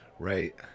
Right